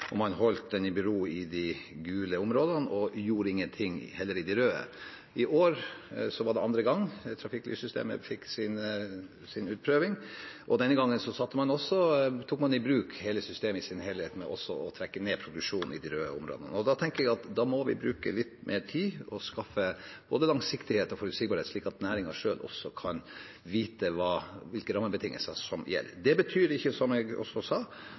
og man stilte det i bero i de gule områdene og gjorde heller ingenting i de røde. I år var det andre gang trafikklyssystemet fikk sin utprøving, og denne gangen tok man i bruk systemet i sin helhet med også å trekke ned produksjonen i de røde områdene. Da tenker jeg at vi må bruke litt mer tid og skaffe både langsiktighet og forutsigbarhet, slik at næringen selv kan vite hvilke rammebetingelser som gjelder. Det betyr ikke, som jeg også sa,